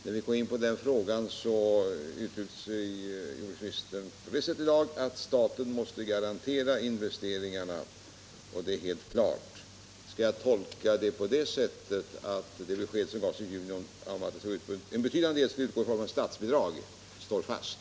När han kom in på den frågan uttryckte sig jordbruksministern på det sätt i dag, att staten måste garantera investeringarna, och det är helt klart. Skall jag tolka detta så, att det besked som gavs i juni, att en betydande del skall utgå i form av statsbidrag, står fast?